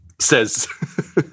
Says